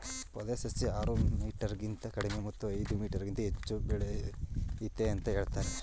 ಪೊದೆ ಸಸ್ಯ ಆರು ಮೀಟರ್ಗಿಂತ ಕಡಿಮೆ ಮತ್ತು ಐದು ಮೀಟರ್ಗಿಂತ ಹೆಚ್ಚು ಬೆಳಿತದೆ ಅಂತ ಹೇಳ್ತರೆ